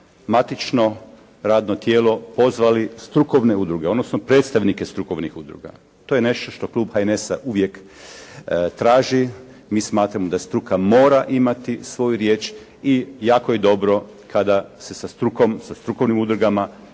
matično radno tijelo pozvali strukovne udruge, odnosno predstavnike strukovnih udruga. To je nešto što klub HNS-a uvijek traži. Mi smatramo da struka mora imati svoju riječ i jako je dobro kada se strukom, sa strukovnim udrugama